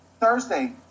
Thursday